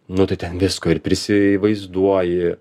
nu tai ten visko ir prisivaizduoji